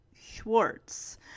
Schwartz